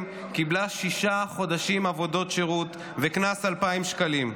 קיבלה שישה חודשים עבודות שירות וקנס 2,000 שקלים,